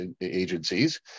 agencies